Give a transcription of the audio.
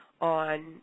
on